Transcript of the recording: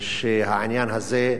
שהעניין הזה,